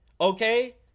okay